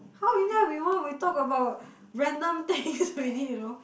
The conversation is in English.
how we talk about random things already you know